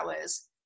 hours